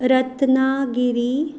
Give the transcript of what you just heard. Ratnagiri